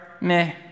meh